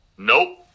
nope